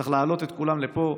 צריך להעלות את כולם לפה.